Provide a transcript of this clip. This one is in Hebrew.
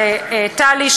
ולטלי,